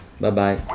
Bye-bye